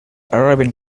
arabian